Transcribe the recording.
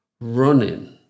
running